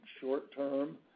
short-term